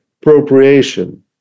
appropriation